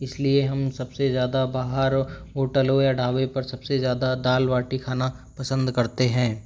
इसलिए हम सबसे ज़्यादा बाहर होटल हो या ढाबे पर सबसे ज़्यादा दाल बाटी खाना पसंद करते हैं